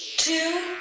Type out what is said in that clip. Two